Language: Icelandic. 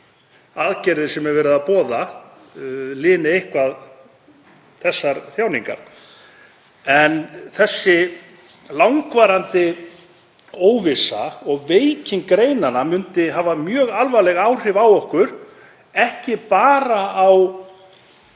aðgerðir, sem verið er að boða, lini eitthvað þær þjáningar en þessi langvarandi óvissa og veiking greinanna myndi hafa mjög alvarleg áhrif á okkur, ekki bara á